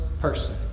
person